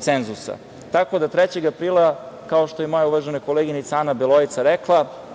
cenzusa. Tako da, 3. aprila, kao što je moja uvažena koleginica Ana Beloica rekla,